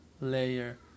layer